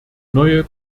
neue